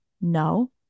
No